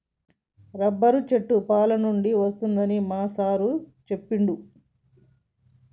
rubber చెట్ల పాలనుండి వస్తదని మా సారు చెప్పిండు